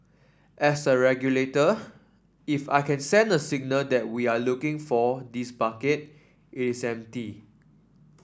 as a regulator if I can send a singer that we are looking for this bucket it is empty